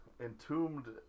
Entombed